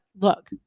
look